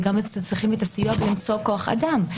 וגם צריכים את הסיוע בלמצוא כוח אדם.